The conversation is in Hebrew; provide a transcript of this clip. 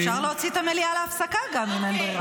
אפשר גם להוציא את המליאה להפסקה, אם אין ברירה.